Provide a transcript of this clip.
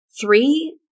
three